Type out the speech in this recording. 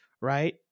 right